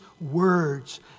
words